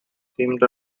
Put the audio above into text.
teamed